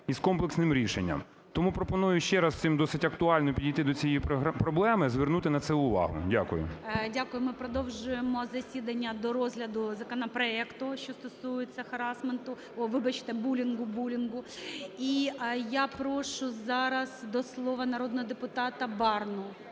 і з комплексним рішенням. Тому пропоную ще раз всім досить актуально підійти до цієї проблеми і звернути на це увагу. Дякую. ГОЛОВУЮЧИЙ. Дякую. Ми продовжуємо засідання до розгляду законопроекту, що стосується харасменту… ой, вибачте, булінгу, булінгу. І я прошу зараз до слова народного депутата Барну.